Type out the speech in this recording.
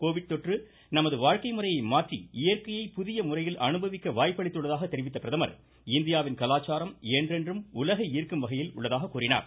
Covid தொற்று நமது வாழ்க்கை முறையை மாற்றி இயற்கையை புதிய முறையில் அனுபவிக்க வாய்ப்பளித்துள்ளதாக தெரிவித்த பிரதமர் இந்தியாவின் கலாச்சாரம் என்றென்றும் உலகை ஈர்க்கும் வகையில் உள்ளதாக கூறினார்